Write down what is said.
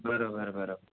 बरोबर बरोबर